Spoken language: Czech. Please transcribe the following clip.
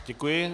Děkuji.